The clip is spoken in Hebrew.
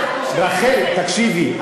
תקשיבי,